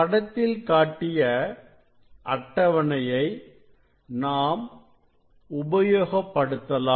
படத்தில் காட்டிய அட்டவணையை நாம் உபயோகப்படுத்தலாம்